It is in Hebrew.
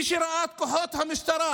מי שראה את כוחות המשטרה,